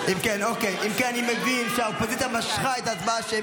ביטול גביית תשלומי הורים והשתתפות עצמית),